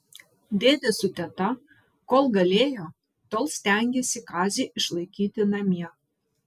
dėdė su teta kol galėjo tol stengėsi kazį išlaikyti namie